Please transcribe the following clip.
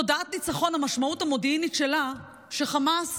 תודעת ניצחון, המשמעות המודיעינית שלה היא שחמאס